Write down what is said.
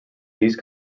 these